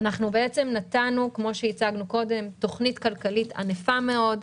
נתנו תוכנית כלכלית ענפה מאוד,